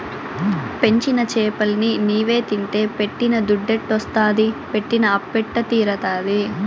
పెంచిన చేపలన్ని నీవే తింటే పెట్టిన దుద్దెట్టొస్తాది పెట్టిన అప్పెట్ట తీరతాది